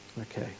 Okay